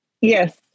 Yes